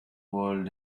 world